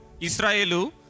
Israelu